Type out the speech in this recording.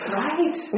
right